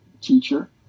teacher